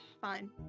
Fine